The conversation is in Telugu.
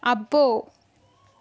అబ్బో